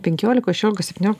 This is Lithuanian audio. penkiolikos šešiolikos septyniol